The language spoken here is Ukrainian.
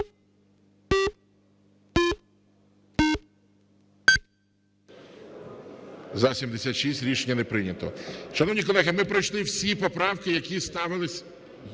За-78 Рішення не прийнято.